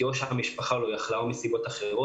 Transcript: או מכיוון שהמשפחה לא יכלה או מסיבות אחרות.